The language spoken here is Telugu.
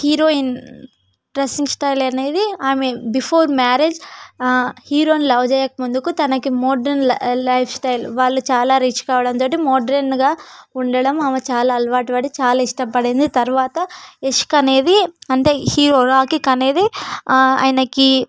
హీరోయిన్ డ్రెస్సింగ్ స్టైల్ అనేది ఆమె బిఫోర్ మ్యారేజ్ హీరోని లవ్ చేయకముందుకు తనకి మోడ్రన్ లైఫ్ లైఫ్ స్టైల్ వాళ్ళు చాలా రిచ్ కావడంతోటి మోడ్రన్గా ఉండడం ఆమె చాలా అలవాటు పడి చాలా ఇష్టపడింది తర్వాత ఇష్క్ అనేది అంటే హీరో రాఖీకి అనేది ఆయనకి